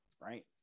right